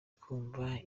twumva